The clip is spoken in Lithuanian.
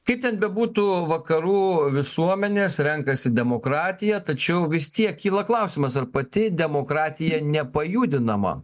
kaip ten bebūtų vakarų visuomenės renkasi demokratiją tačiau vis tiek kyla klausimas ar pati demokratija nepajudinama